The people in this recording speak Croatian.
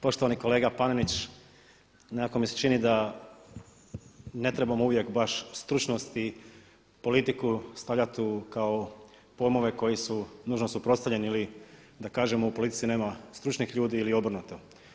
Poštovani kolega Panenić, nekako mi se čini da ne trebamo uvijek baš stručnost i politiku stavljati kao pojmove koji su nužno suprotstavljeni ili da kažemo u politici nema stručnih ljudi ili obrnuto.